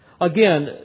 Again